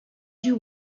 you